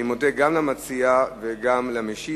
אני מודה גם למציע וגם למשיב.